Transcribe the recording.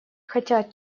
хотят